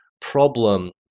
problem